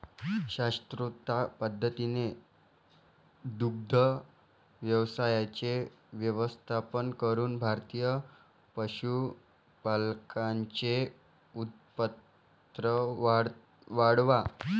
शास्त्रोक्त पद्धतीने दुग्ध व्यवसायाचे व्यवस्थापन करून भारतीय पशुपालकांचे उत्पन्न वाढवा